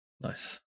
Nice